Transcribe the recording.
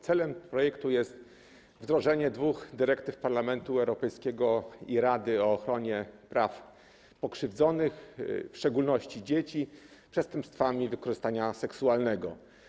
Celem projektu jest wdrożenie dwóch dyrektyw Parlamentu Europejskiego i Rady o ochronie praw pokrzywdzonych, w szczególności dzieci, przestępstwami wykorzystania seksualnego.